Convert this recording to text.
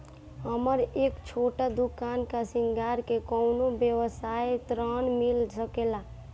हमर एक छोटा दुकान बा श्रृंगार के कौनो व्यवसाय ऋण मिल सके ला?